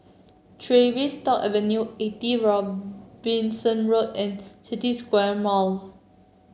Tavistock Avenue Eighty Robinson Road and City Square Mall